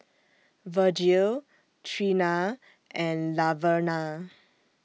Virgil Treena and Laverna